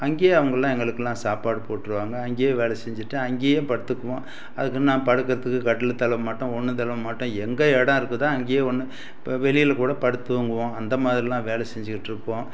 அங்கேயே அவங்களாம் எங்களுக்கெலாம் சாப்பாடு போட்டுருவாங்க அங்கேயே வேலை செஞ்சுட்டு அங்கேயே படுத்துக்குவோம் அதுக்கென்னு நான் படுக்கிறதுக்கு கட்டில் தேட மாட்டோம் ஒன்றும் தேட மாட்டோம் எங்கே இடம் இருக்குதுதோ அங்கேயே ஒன்று இப்போ வெளியில் கூட படுத்து தூங்குவோம் அந்த மாதிரியெலாம் வேலை செஞ்சுக்கிட்டு இருப்போம்